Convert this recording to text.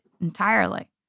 entirely